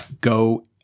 go